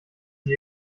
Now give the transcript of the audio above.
sie